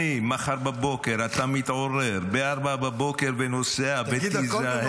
מחר בבוקר אתה מתעורר ב-04:00 ונוסע, ותיזהר.